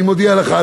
אני מודיע לך,